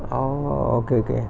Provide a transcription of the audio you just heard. orh okay okay